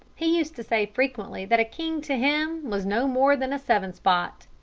he used to say, frequently, that a king to him was no more than a seven-spot.